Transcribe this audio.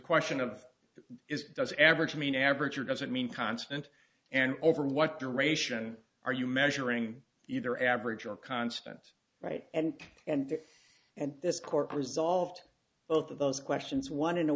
question of is does average mean average or does it mean constant and over what duration are you measuring either average or constant right and and and this court resolved both of those questions one in a